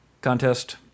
contest